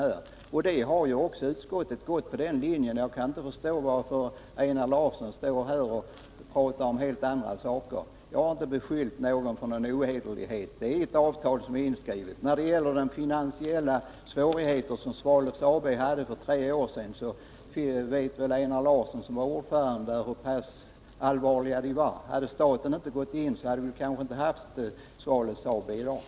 Utskottet har också gått på den linjen, och jag kan inte förstå varför Einar Larsson står här och pratar om helt andra saker. Jag har inte beskyllt någon för ohederlighet. Vad gäller de finansiella svårigheter som Svalöf AB hade för tre år sedan vet väl Einar Larsson som ordförande hur pass allvarliga de var. Om inte staten gått in, hade Svalöf AB kanske inte funnits i dag.